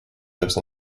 lives